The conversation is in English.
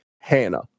Hannah